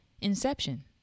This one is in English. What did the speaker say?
Inception